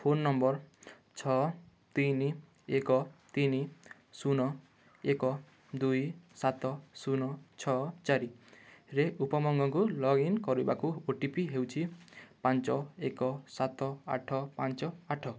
phone number ଛଅ ତିନ ଏକ ତିନ ଶୂନ ଏକ ଦୁଇ ସାତ ଶୂନ ଛଅ ଚାରି ରେ ଉପମଙ୍ଗକୁ ଲଗ୍ଇନ କରିବାକୁ ଓ ଟି ପି ହେଉଛି ପାଞ୍ଚ ଏକ ସାତ ଆଠ ପାଞ୍ଚ ଆଠ